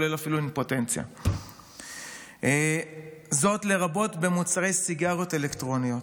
אפילו כולל אימפוטנציה לרבות במוצרי סיגריות אלקטרוניות.